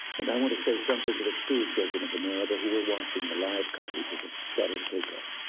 and i want to say something to the schoolchildren of america who were watching the live coverage of the shuttle's take off.